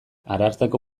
ararteko